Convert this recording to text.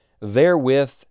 therewith